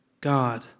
God